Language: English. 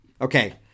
Okay